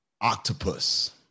octopus